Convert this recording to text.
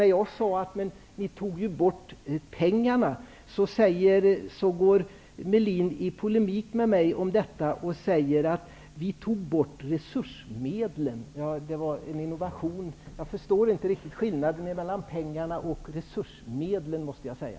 När jag sade att ni tog bort pengarna, gick Ulf Melin i polemik mot mig och sade: Vi tog bort resursmedlen. Det var en innovation. Jag förstår inte riktigt skillnaden mellan ''pengarna'' och ''resursmedlen'', måste jag säga.